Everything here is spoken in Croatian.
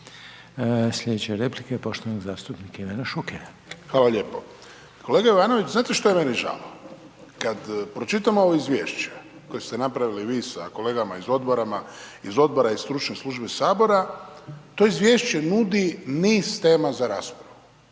Slijedeća replika je poštovanog zastupnika Ivana Šukera. **Šuker, Ivan (HDZ)** Kolega Jovanović, znate što je meni žao, kad pročitam ovo izvješće koje ste napravili vi sa kolegama iz odbora i stručne službe sabora, to izvješće nudi niz tema za raspravu